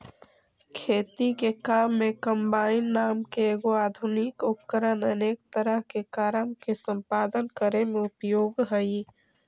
खेती के काम में कम्बाइन नाम के एगो आधुनिक उपकरण अनेक तरह के कारम के सम्पादन करे में उपयोगी हई